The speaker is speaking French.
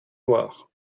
noire